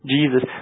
Jesus